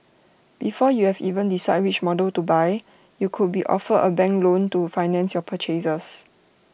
before you've even decided which models to buy you could be offered A banking loan to finance your purchase